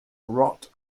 rot